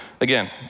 Again